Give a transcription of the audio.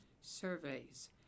surveys